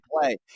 play